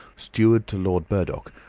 steward to lord burdock,